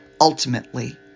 Ultimately